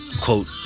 Quote